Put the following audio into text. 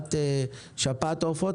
מחלת שפעת העופות?